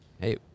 hey